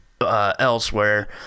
Elsewhere